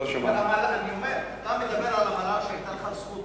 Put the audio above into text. אתה מדבר על המל"ל שהיתה לך הזכות,